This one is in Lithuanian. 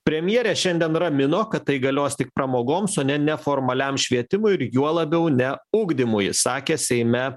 premjerė šiandien ramino kad tai galios tik pramogoms o ne neformaliam švietimui ir juo labiau ne ugdymui sakė seime